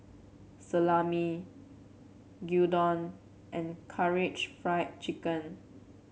Salami Gyudon and Karaage Fried Chicken